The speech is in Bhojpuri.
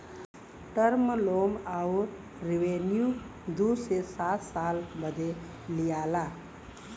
टर्म लोम अउर रिवेन्यू दू से सात साल बदे लिआला